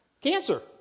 Cancer